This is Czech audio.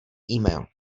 email